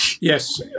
Yes